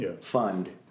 fund